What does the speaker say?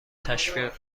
تشویق